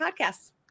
podcasts